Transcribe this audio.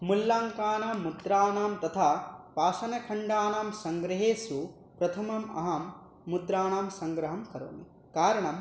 मूल्ल्याङ्कानां मुद्राणां तथा पाषाणखण्डानां सङ्ग्रहेषु प्रथमम् अहं मुद्राणां सङ्ग्रहं करोमि कारणं